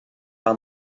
par